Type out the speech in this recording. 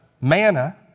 manna